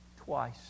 twice